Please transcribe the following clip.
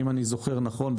אם אני זוכר נכון,